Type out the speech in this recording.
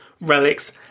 relics